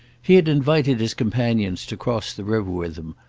he had invited his companions to cross the river with him,